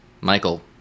michael